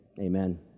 amen